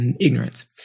ignorance